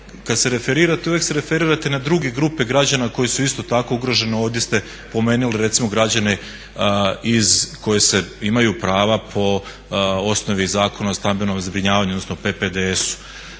kada se referirate uvijek se referirate na druge grupe građana koje su isto tako ugrožene. Ovdje ste pomenuli recimo građane koji imaju prava po osnovi Zakona o stambenom zbrinjavanju odnosno PPDS-u.